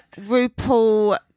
RuPaul